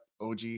og